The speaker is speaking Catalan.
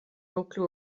nucli